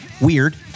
weird